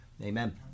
Amen